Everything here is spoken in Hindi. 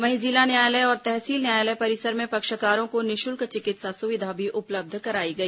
वहीं जिला न्यायालय और तहसील न्यायालय परिसर में पक्षकारों को निःपुल्क चिकित्सा सुविधा भी उपलब्ध कराई गई